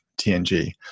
TNG